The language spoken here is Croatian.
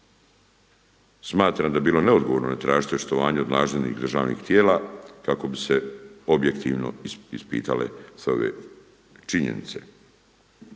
Smatram da bi bilo neodgovorno ne tražiti očitovanje od nadležnih državnih tijela kako bi se objektivno ispitale sve ove činjenice.